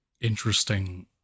interesting